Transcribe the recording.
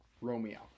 Romeo